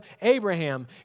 Abraham